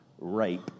rape